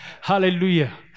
hallelujah